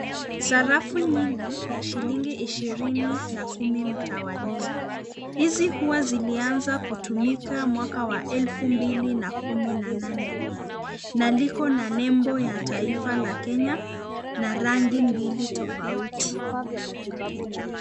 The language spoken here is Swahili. Sarafu nyingi ya shilingi ishirini na kumi mtawalia. Hizi huwa zilianza kutumika mwaka wa elfu mbili na kumi na nane na liko na nembo ya taifa la Kenya na rangi mbili tofauti.